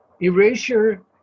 Erasure